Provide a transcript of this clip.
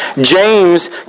James